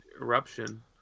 eruption